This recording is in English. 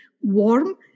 Warm